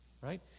right